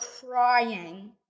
crying